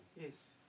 yes